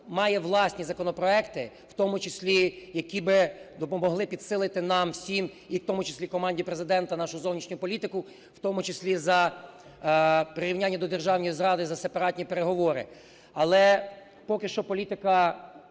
має власні законопроекти, в тому числі які би допомогли підсилити нам всім, і в тому числі команді Президента, нашу зовнішню політику, в тому числі за прирівняння до державної зради за сепаратні переговори. Але поки що політика